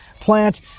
plant